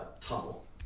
tunnel